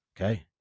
Okay